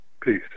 Peace